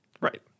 right